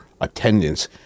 attendance